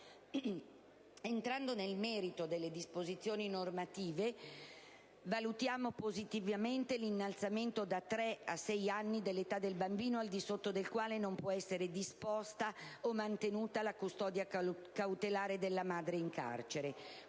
Entrando nel merito delle disposizioni normative, valutiamo positivamente l'innalzamento da tre a sei anni dell'età del bambino al di sotto della quale non può essere disposta o mantenuta la custodia cautelare della madre in carcere.